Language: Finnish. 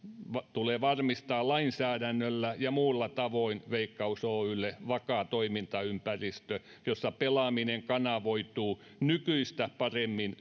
tulee varmistaa lainsäädännöllä ja muilla tavoin veikkaus oylle vakaa toimintaympäristö jossa pelaaminen kanavoituu nykyistä paremmin